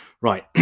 Right